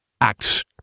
acts